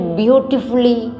beautifully